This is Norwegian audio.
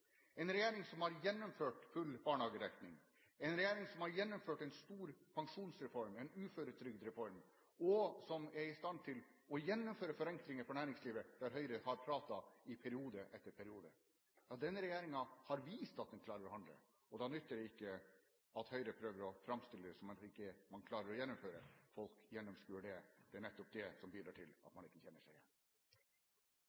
en regjering som har gjennomført full barnehagedekning, en regjering som har gjennomført en stor pensjonsreform og uføretrygdreform, og som er i stand til å gjennomføre forenklinger for næringslivet der Høyre har pratet i periode etter periode. Ja, denne regjeringen har vist at den klarer å handle, og da nytter det ikke at Høyre prøver å framstille det som at man ikke klarer å gjennomføre. Folk gjennomskuer det. Det er nettopp det som bidrar til at